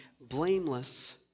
blameless